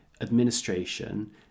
administration